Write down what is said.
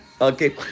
okay